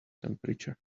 temperature